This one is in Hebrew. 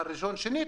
שנית,